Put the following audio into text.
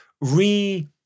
re